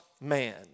man